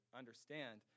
understand